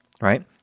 right